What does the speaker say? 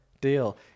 deal